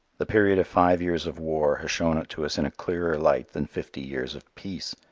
the period of five years of war has shown it to us in a clearer light than fifty years of peace.